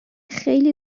خیلی